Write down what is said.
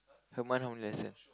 per month how many lesson